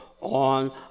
on